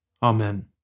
Amen